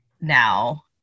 now